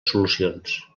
solucions